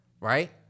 right